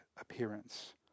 appearance